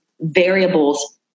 variables